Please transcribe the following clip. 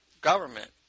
government